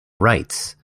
rights